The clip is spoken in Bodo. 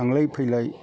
थांलाय फैलाय